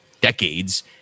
decades